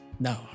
No